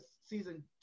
season